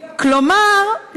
כלומר,